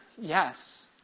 yes